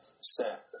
set